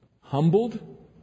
humbled